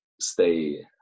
stay